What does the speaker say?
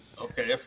Okay